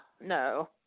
No